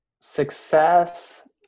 Success